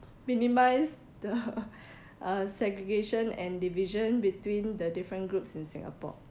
minimize the uh segregation and division between the different groups in singapore